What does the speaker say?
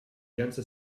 ganze